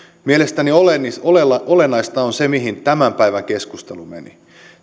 mielestäni olennaista on se mihin tämän päivän keskustelu meni